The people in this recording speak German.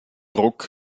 druck